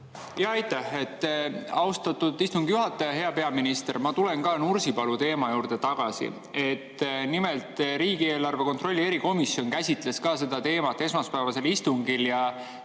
Aitäh, austatud istungi juhataja! Hea peaminister! Ma tulen ka Nursipalu teema juurde. Nimelt, riigieelarve kontrolli erikomisjon käsitles seda teemat esmaspäevasel istungil ja